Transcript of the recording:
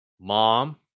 Mom